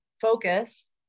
focus